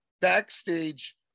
backstage